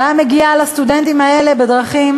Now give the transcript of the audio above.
שהיה מגיע אל הסטודנטים האלה בדרכים